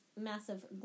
massive